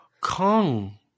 Kong